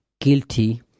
guilty